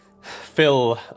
Phil